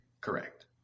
Correct